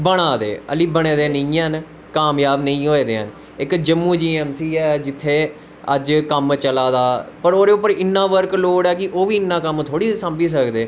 बना दे हाली बने दे नी हैन कामज़ाव नेंई होए दे हैन इक जम्मू जी ऐम सी ऐ जित्थें अज्ज कम्म चला दा पर ओह्दे पर बी इन्ना बर्क लोड ऐ कि इन्ना कम्म थोह्ड़ी सांभाी सकदे